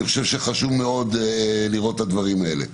חושב שחשוב מאוד לראות את הדברים האלה.